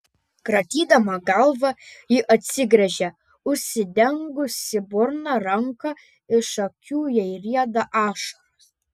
kratydama galvą ji atsigręžia užsidengusi burną ranka iš akių jai rieda ašaros